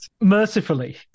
Mercifully